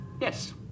Yes